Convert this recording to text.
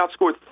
outscored